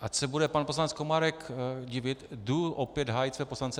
Ač se bude pan poslanec Komárek divit, jdu opět hájit své poslance.